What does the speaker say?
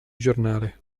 giornale